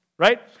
Right